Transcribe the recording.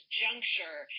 juncture